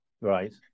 Right